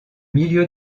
milieu